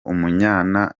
umunyana